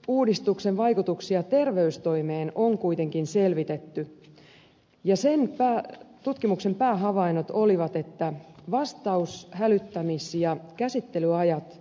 hätäkeskusuudistuksen vaikutuksia terveystoimeen on kuitenkin selvitetty ja tutkimuksen päähavainnot olivat että vastaus hälyttämis ja käsittelyajat